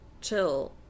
chill